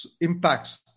impacts